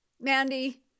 Mandy